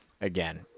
again